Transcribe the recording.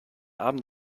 abend